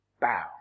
Bow